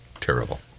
terrible